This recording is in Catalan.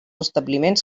establiments